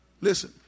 Listen